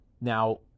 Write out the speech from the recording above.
now